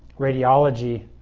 radiology